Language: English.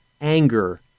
anger